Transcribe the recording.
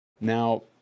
now